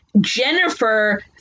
Jennifer